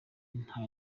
nta